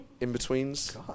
in-betweens